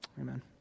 Amen